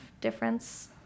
difference